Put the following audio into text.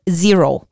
zero